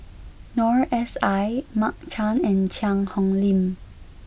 Noor S I Mark Chan and Cheang Hong Lim